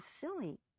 silly